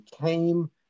came